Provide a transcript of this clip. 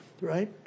Right